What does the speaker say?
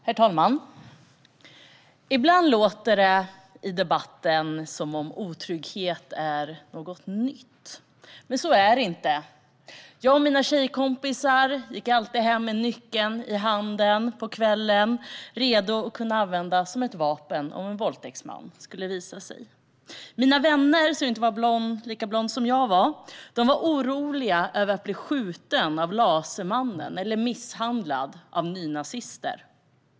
Herr talman! Ibland låter det i debatten som om otrygghet är något nytt, men så är det inte. Jag och mina tjejkompisar gick alltid hem på kvällen med nyckeln i handen. Vi var redo att använda den som ett vapen om en våldtäktsman skulle visa sig. Mina vänner som inte var lika blonda som jag var oroliga över att bli skjutna av Lasermannen eller misshandlade av nynazister.